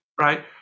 right